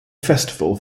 festival